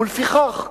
ולפיכך,